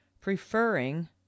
preferring